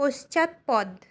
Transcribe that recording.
পশ্চাৎপদ